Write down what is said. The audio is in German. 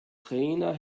trainer